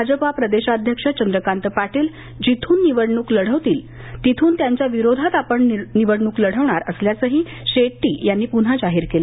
भाजप प्रदेशाध्यक्ष चंद्रकांत पाटील जिथून निवडणूक लढतील तिथून त्यांच्या विरोधात आपण निवडणूक लढवणार असल्याचं शेट्टी यांनी पुन्हा जाहीर केलं